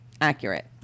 accurate